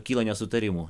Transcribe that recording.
kyla nesutarimų